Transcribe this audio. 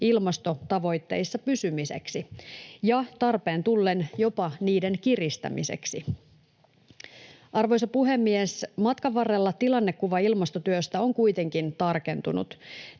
ilmastotavoitteissa pysymiseksi ja tarpeen tullen jopa niiden kiristämiseksi. Arvoisa puhemies! Matkan varrella tilannekuva ilmastotyöstä on kuitenkin tarkentunut.